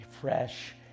fresh